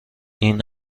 این